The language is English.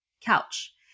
couch